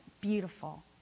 beautiful